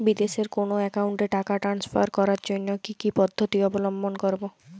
বিদেশের কোনো অ্যাকাউন্টে টাকা ট্রান্সফার করার জন্য কী কী পদ্ধতি অবলম্বন করব?